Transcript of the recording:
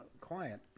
quiet